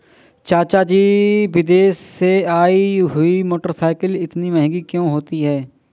चाचा जी विदेश से आई हुई मोटरसाइकिल इतनी महंगी क्यों होती है?